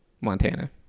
Montana